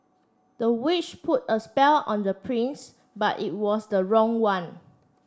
the witch put a spell on the prince but it was the wrong one